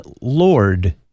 Lord